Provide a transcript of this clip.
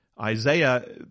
Isaiah